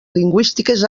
lingüístiques